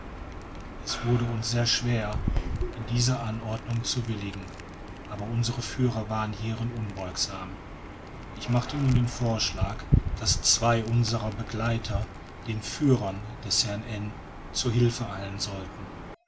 es wurde uns sehr schwer in diese anordnung zu willigen aber unsere führer waren hierin unbeugsam ich machte nun den vorschlag daß zwei unserer begleiter den führern des herrn n zu hilfe eilen sollten